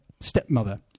stepmother